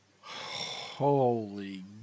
Holy